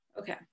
Okay